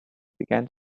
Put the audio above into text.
began